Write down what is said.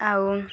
ଆଉ